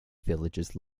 villages